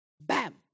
bam